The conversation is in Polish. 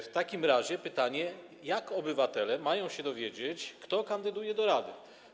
W takim razie mam pytanie, jak obywatele mają się dowiedzieć, kto kandyduje do rady.